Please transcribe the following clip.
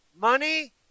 money